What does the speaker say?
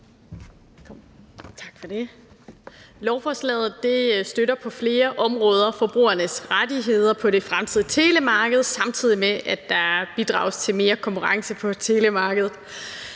Lovforslaget støtter på flere områder forbrugernes rettigheder på det fremtidige telemarked, samtidig med at der bidrages til mere konkurrence på telemarkedet.